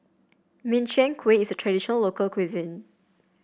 Min Chiang Kueh is a traditional local cuisine